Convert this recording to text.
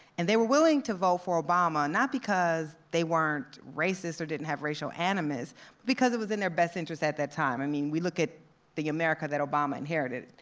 and they were willing to vote for obama not because they weren't racist or didn't have racial animus because it was in their best interest at that time. i mean, we look at the america that obama inherited,